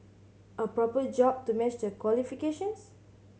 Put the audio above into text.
a proper job to match their qualifications